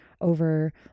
over